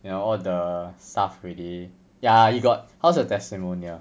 you know all the stuff already ya you got how's your testimonial